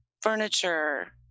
furniture